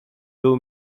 był